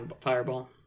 fireball